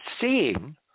seeing